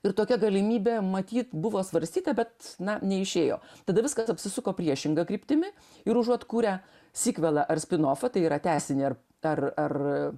ir tokia galimybė matyt buvo svarstyta bet na neišėjo tada viskas apsisuko priešinga kryptimi ir užuot kūrę sikvėlą ar spinofą tai yra tęsinį ar ar ar